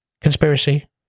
conspiracy